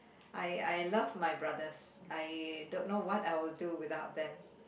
I I love my brothers I don't know what I will do without them